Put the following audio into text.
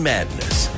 Madness